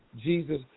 Jesus